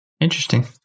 Interesting